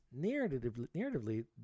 Narratively